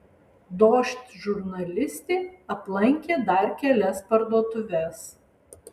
dožd žurnalistė aplankė dar kelias parduotuves